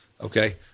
okay